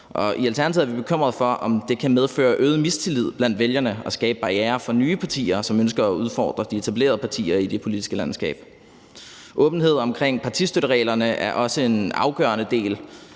og i Alternativet er vi bekymrede for, om det kan medføre øget mistillid blandt vælgerne og skabe barrierer for nye partier, som ønsker at udfordre de etablerede partier i det politiske landskab. Åbenhed omkring partistøttereglerne er også en afgørende del